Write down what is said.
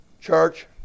church